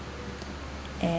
and